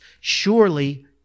surely